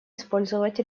использовать